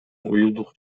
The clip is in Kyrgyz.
уюлдук